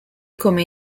come